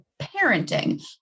parenting